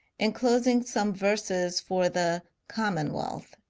enclosing some verses for the commonwealth